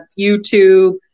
youtube